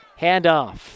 Handoff